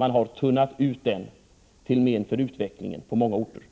Man har tunnat ut den till men för utvecklingen på många orter.